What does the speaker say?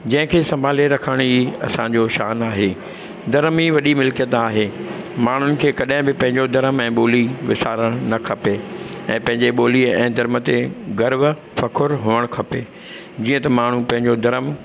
जंहिंखे सम्भाले रखण ई असांजो शानु आहे धरम ई वॾी मिल्कियत आहे माण्हुनि खे कॾहिं बि पंहिंजो धरम ऐं ॿोली विसारणु न खपे ऐं पंहिंजी ॿोली ऐं धर्म ते गर्व फ़ख़ुरु हुअण खपे जीअं त माण्हू पंहिंजो धरमु